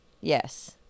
Yes